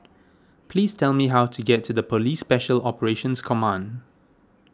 please tell me how to get to the Police Special Operations Command